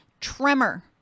Tremor